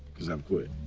because i've quit.